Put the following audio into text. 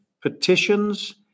petitions